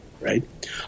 right